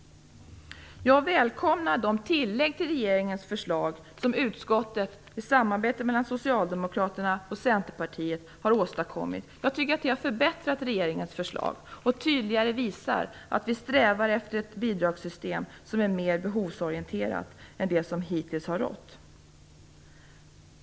Jag välkomnar de tillägg till regeringens förslag som utskottet i samarbetet mellan Socialdemokraterna och Centerpartiet har åstadkommit. Jag tycker att det har förbättrat regeringens förslag. Det visar tydligare att vi strävar efter ett bidragssystem som är mer behovsorienterat än det som hittills har rått.